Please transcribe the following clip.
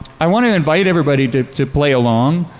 i want to invite everybody to to play along.